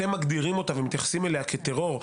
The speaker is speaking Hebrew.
אתם מגדירים אותה ומתייחסים אליה כטרור,